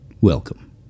welcome